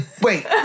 wait